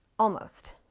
almost.